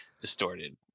Distorted